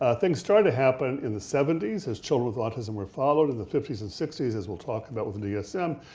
ah things started to happen in the seventy s as children with autism were followed. in and the fifty s and sixty s, as we'll talk about with the dsm,